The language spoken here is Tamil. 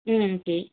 ம் ஓகே